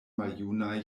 maljunaj